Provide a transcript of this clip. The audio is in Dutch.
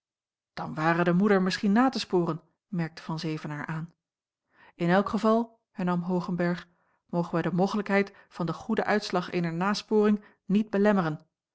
dan ware de moeder misschien na te sporen merkte van zevenaer aan in elk geval hernam hoogenberg mogen wij de mogelijkheid van den goeden uitslag eener nasporing niet belemmeren